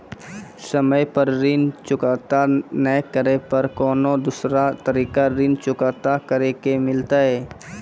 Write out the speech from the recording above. समय पर ऋण चुकता नै करे पर कोनो दूसरा तरीका ऋण चुकता करे के मिलतै?